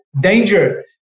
danger